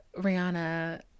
Rihanna